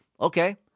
Okay